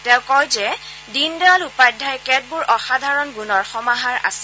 তেওঁ কয় যে দীনদয়াল উপাধ্যায় কেতবোৰ অসাধাৰণ গুণৰ সমাহাৰ আছিল